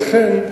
לכן,